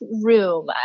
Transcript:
room